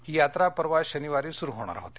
ही यात्रा परवा शनिवारी सूरू होणार होती